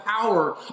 power